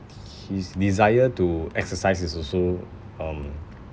hi~ his desire to exercise is also um